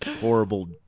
horrible